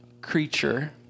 creature